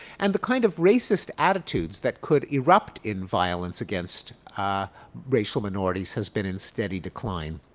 and the kind of racist attitudes that could erupt in violence against racial minorities has been in steady decline.